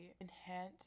enhance